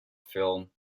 film